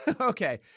okay